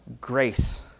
grace